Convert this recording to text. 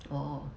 oh